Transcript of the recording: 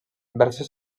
versa